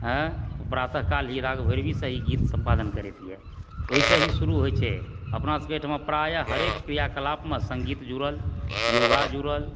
प्रातः काल राग भैरवी से ही गीत समदाउन करैए ओहिसँ ई शुरू होइत छै अपना सबकेँ एहिठमा प्रायः हरेक क्रियाकलापमे सङ्गीत जुड़ल योगा जुड़ल